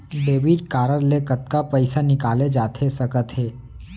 Debit card ले कतका पइसा निकाले जाथे सकत हे?